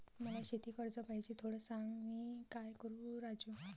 मला शेती कर्ज पाहिजे, थोडं सांग, मी काय करू राजू?